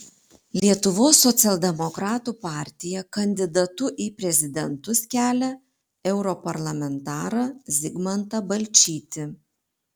lietuvos socialdemokratų partija kandidatu į prezidentus kelia europarlamentarą zigmantą balčytį